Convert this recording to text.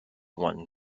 won